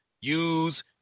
use